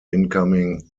incoming